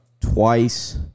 twice